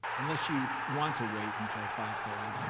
unless you want to wait until five thirty,